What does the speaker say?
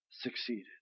succeeded